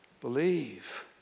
believe